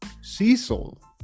cecil